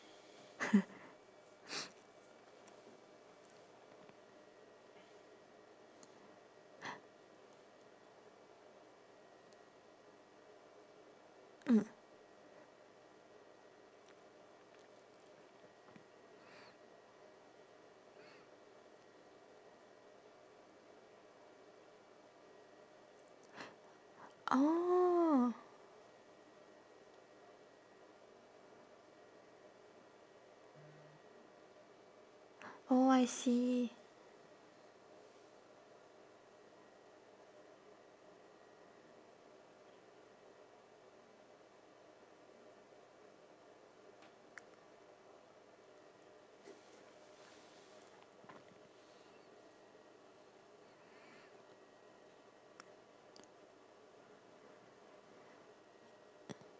oh oh I see